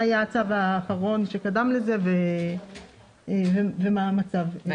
מה היה הצו האחרון שקדם לזה ומה המצב.